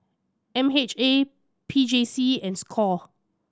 M H A P J C and score